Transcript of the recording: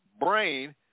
brain